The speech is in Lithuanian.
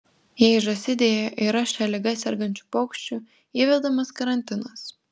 jei žąsidėje yra šia liga sergančių paukščių įvedamas karantinas